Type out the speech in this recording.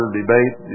debate